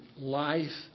life